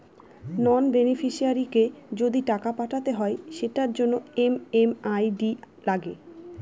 নন বেনিফিশিয়ারিকে যদি টাকা পাঠাতে হয় সেটার জন্য এম.এম.আই.ডি লাগে